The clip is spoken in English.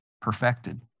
perfected